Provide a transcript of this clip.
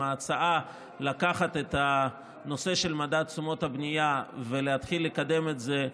ההצעה לקחת את הנושא של מדד תשומות הבנייה ולהתחיל לקדם את זה,